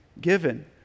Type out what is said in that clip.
given